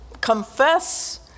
confess